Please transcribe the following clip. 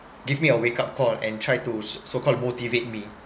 give me a wake up call and tried to so called motivate me